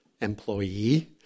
employee